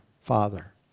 Father